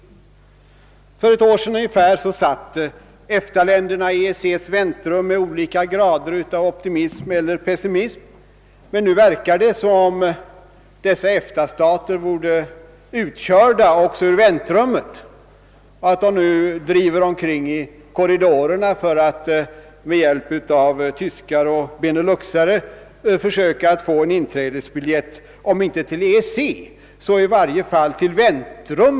För ungefär ett år sedan satt EFTA-länderna i EEC:s väntrum med olika grader av optimism eller pessimism. Men nu verkar det som om dessa EFTA-stater vore utkörda också ur väntrummet och driver omkring i korridorerna för att med hjälp av tyskar och beneluxare försöka få en inträdesbiljett, om inte till EEC så i varje fall till EEC:s väntrum.